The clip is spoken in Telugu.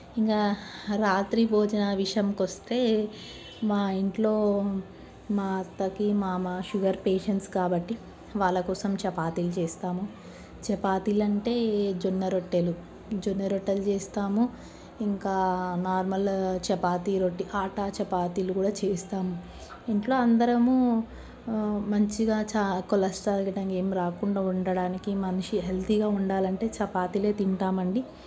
ఇంకా రాత్రి భోజనా విషయం కొస్తే మా ఇంట్లో మా అత్తకి మామ షుగర్ పేషెంట్స్ కాబట్టి వాళ్ల కోసం చపాతీలు చేస్తాము చపాతీలు అంటే జొన్న రొట్టెలు జొన్న రొట్టెలు చేస్తాము ఇంకా నార్మల్ చపాతీ రొట్టె అట్టా చపాతీలు కూడా చేస్తాము ఇంట్లో అందరము మంచిగా కొలెస్ట్రాల్ ఇవి ఏమి రాకుండా ఉండడానికి మనిషి హెల్తీగా ఉండాలంటే చపాతీలే తింటామండి